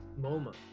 MoMA